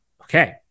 okay